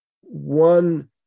One